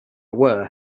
aware